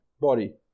Body